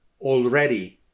already